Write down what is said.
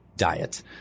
diet